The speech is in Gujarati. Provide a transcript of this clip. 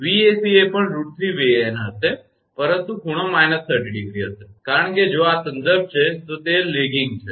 𝑉𝑎𝑐 એ પણ √3𝑉𝑎𝑛 હશે પરંતુ ખૂણો −30° હશે કારણ કે જો આ સંદર્ભ છે તો તે laggingપાછળ છે